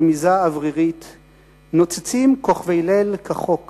ברמיזה אוורירית/ נוצצים כוכבי ליל כחוק/